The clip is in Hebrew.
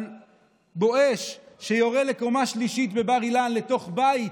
על בואש שיורה לקומה השלישית בבר אילן לתוך בית,